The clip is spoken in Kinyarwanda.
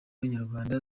nyarwanda